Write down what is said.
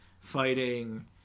fighting